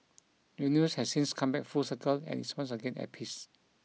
universe has since come back full circle and is once again at peace